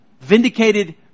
Vindicated